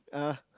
uh